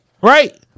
Right